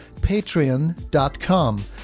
patreon.com